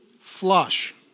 flush